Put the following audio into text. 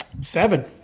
Seven